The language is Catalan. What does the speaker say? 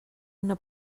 una